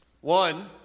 One